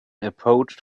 approached